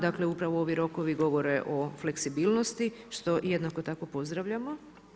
Dakle, upravo ovi rokovi govori o fleksibilnosti što jednako tako pozdravljamo.